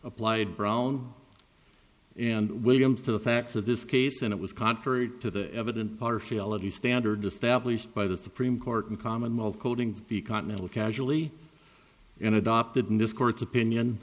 applied brown and williams to the facts of this case and it was contrary to the evident partiality standard established by the court in commonwealth coding v continental casually and adopted in this court's opinion